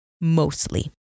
Mostly